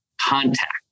contact